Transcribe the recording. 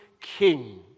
king